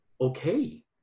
okay